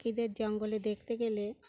বাকিদের জঙ্গলে দেখতে গেলে